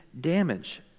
damage